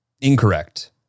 incorrect